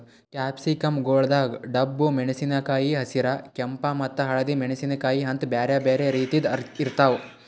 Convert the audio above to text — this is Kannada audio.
ಕ್ಯಾಪ್ಸಿಕಂ ಗೊಳ್ದಾಗ್ ಡಬ್ಬು ಮೆಣಸಿನಕಾಯಿ, ಹಸಿರ, ಕೆಂಪ ಮತ್ತ ಹಳದಿ ಮೆಣಸಿನಕಾಯಿ ಅಂತ್ ಬ್ಯಾರೆ ಬ್ಯಾರೆ ರೀತಿದ್ ಇರ್ತಾವ್